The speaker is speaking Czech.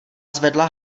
zvedla